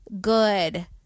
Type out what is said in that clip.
good